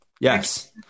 Yes